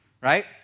right